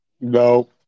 No